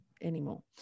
anymore